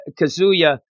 Kazuya